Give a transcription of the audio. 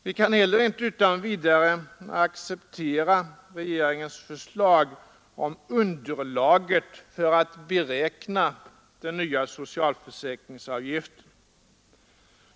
Vi kan heller inte utan vidare acceptera regeringens förslag om underlaget för att beräkna den nya socialförsäkringsavgiften.